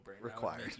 required